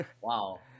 Wow